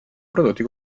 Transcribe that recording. prodotti